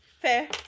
Fair